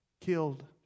killed